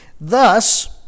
Thus